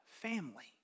family